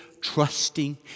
trusting